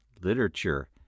literature